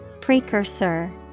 Precursor